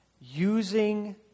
using